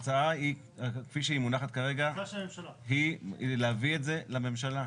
ההצעה כפי שהיא מונחת כרגע היא היא להביא את זה לממשלה.